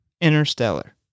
Interstellar